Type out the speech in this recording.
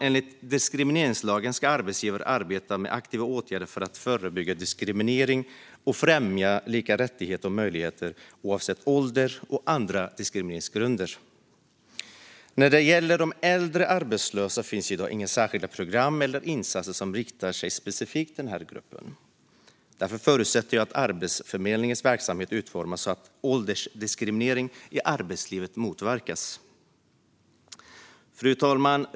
Enligt diskrimineringslagen ska arbetsgivare arbeta med aktiva åtgärder för att förebygga diskriminering och främja lika rättigheter och möjligheter oavsett ålder och andra diskrimineringsgrunder. När det gäller de äldre arbetslösa finns i dag inga särskilda program eller insatser som riktar sig specifikt till gruppen. Jag förutsätter därför att Arbetsförmedlingens verksamhet utformas så att åldersdiskriminering i arbetslivet motverkas. Fru talman!